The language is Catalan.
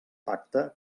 pacte